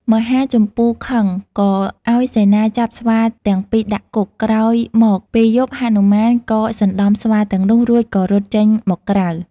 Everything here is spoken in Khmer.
មហាជម្ពូខឹង ក៏ឱ្យសេនាចាប់ស្វាទាំងពីរដាក់គុក ក្រោយមកពេលយប់ហនុមានក៏សណ្តំស្វាទាំងនោះ រួចក៏រត់ចេញមកក្រៅ។